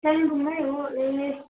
कालिम्पोङमै हो ए